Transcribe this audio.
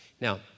now